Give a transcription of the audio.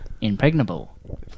impregnable